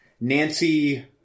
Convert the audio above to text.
Nancy